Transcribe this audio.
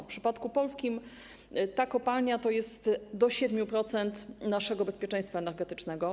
W przypadku Polski ta kopalnia to jest do 7% naszego bezpieczeństwa energetycznego.